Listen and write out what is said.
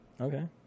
Okay